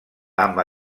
amb